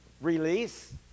Release